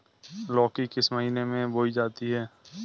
लौकी किस महीने में बोई जाती है?